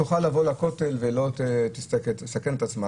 תוכל לבוא לכותל ולא תסכן את עצמה?